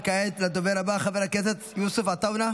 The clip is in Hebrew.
כעת לדובר הבא, חבר הכנסת יוסף עטאונה,